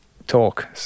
talk